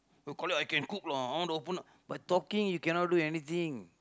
I can cook lah the opponent by talking you can not do anything